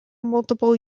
multiple